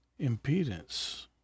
impedance